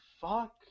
fuck